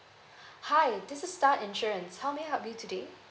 hi this is star insurance how may I help you today